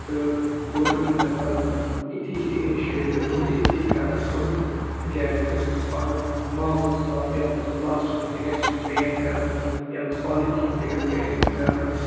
تہٕ گورمٮ۪نٛٹَس پَزَن یِتھی ہی اِنِشیٹِو تُلٕنۍ یِتھۍ ہی قدم تُلٕنۍ تِکیٛازِ پَنُن ماحول صاف یَتھ منٛز پٕلاسٹِک تہِ گژھِ یُن بین کَرنہٕ یَتھ منٛز پالِتھیٖن تہِ گژھِ بین یُن کَرنہٕ